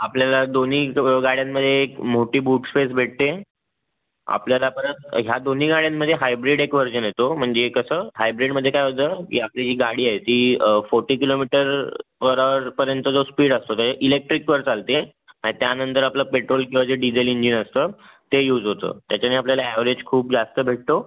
आपल्याला दोन्ही दो गाड्यांमध्ये एक मोठी बुट स्पेस भेटते आपल्याला परत ह्या दोन्ही गाड्यांमध्ये हायब्रिड एक व्हर्जन येतो म्हणजे कसं हायब्रिडमध्ये काय होतं की आपली जी गाडी आहे ती फोटी किलोमीटर पर अवरपर्यंत जो स्पीड असतो ते ए इलेक्ट्रिकवर चालते त्यानंतर आपलं पेट्रोल किंवा जे डिजेल इंजिन असतं ते यूज होतं त्याच्याने आपल्याला अॅव्हरेज खूप जास्त भेटतो